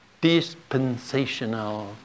Dispensational